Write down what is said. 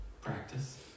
practice